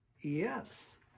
Yes